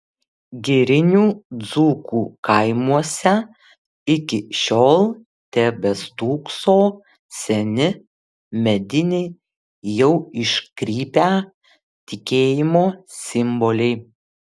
girinių dzūkų kaimuose iki šiol tebestūkso seni mediniai jau iškrypę tikėjimo simboliai